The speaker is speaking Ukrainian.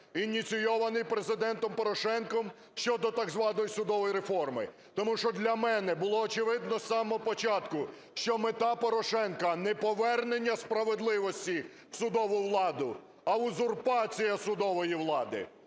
ініційований Президентом Порошенком, щодо так званої судової реформи. Тому що для мене було очевидно з самого початку, що мета Порошенка не повернення справедливості у судову владу, а узурпація судової влади.